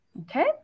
Okay